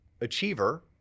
achiever